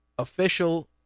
official